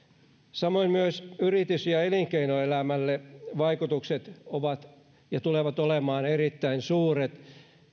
samoin yritys ja elinkeinoelämälle vaikutukset tulevat olemaan erittäin suuret